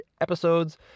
episodes